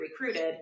recruited